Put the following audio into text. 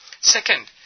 Second